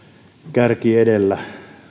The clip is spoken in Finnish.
kärki edellä